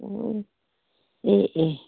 ꯑꯣ ꯑꯦ ꯑꯦ